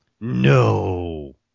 no